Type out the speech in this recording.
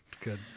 good